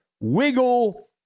wiggle